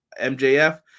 MJF